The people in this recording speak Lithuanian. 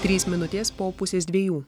trys minutės po pusės dviejų